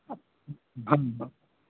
अस्सी के हमर